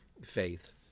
faith